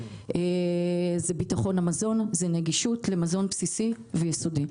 זה ביטחון המזון, נגישות למזון בסיסי ויסודי.